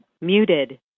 Muted